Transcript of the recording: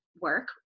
work